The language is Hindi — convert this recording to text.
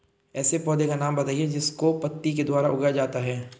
ऐसे पौधे का नाम बताइए जिसको पत्ती के द्वारा उगाया जाता है